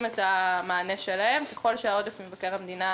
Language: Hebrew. את המענה שלהם ככל שעודף מבקר המדינה